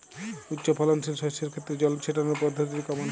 উচ্চফলনশীল শস্যের ক্ষেত্রে জল ছেটানোর পদ্ধতিটি কমন হবে?